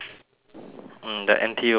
mm the N_T_U vice cap